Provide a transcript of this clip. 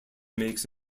makes